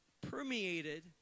permeated